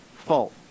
fault